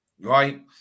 right